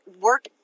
work